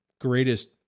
greatest